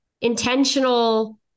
intentional